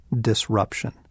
disruption